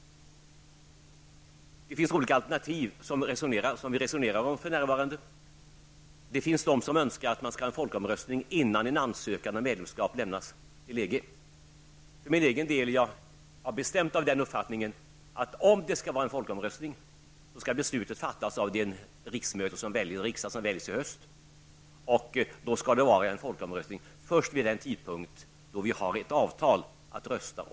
Det finns olika alternativ som vi för närvarande resonerar om. Det finns de som önskar att man skall ha en folkomröstning innan en ansökan om medlemskap lämnas till EG. För min egen del är jag av den bestämda uppfattningen att om det skall hållas en folkomröstning skall beslutet om det fattas av den riksdag som väljs i höst, och att det i så fall skall vara en folkomröstning först vid den tidpunkt då vi har ett avtal att rösta om.